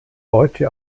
heute